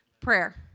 Prayer